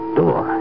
door